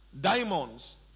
Diamonds